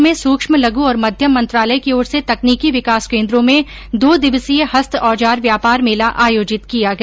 नागौर में सूक्ष्म लघ् और मध्यम मंत्रालय की ओर से तकनीकी विकास केन्द्रों में दो दिवसीय हस्त औजार व्यापार मेला आयोजित किया गया